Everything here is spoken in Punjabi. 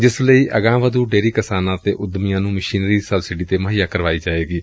ਜਿਸ ਲਈ ਅਗਾਂਹਵਧੁ ਡੇਅਰੀ ਕਿਸਾਨਾਂ ਤੇ ਉੱਦਮੀਆਂ ਨੂੰ ਮਸ਼ੀਨਰੀ ਸਬਸਿਡੀ ਤੇ ਮੁਹੱਈਆ ਕਰਵਾਈ ਜਾਵੇਗੀ